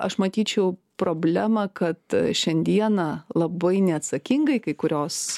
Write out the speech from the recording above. aš matyčiau problemą kad šiandieną labai neatsakingai kai kurios